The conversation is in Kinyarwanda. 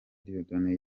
dieudonne